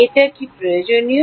এটা কি প্রয়োজনীয়